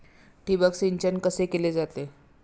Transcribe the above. ठिबक सिंचन कसे केले जाते?